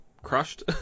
crushed